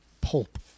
pulp